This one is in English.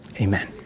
Amen